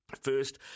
first